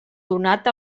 donat